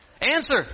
Answer